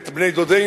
את בני דודינו,